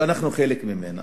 שאנחנו חלק ממנה,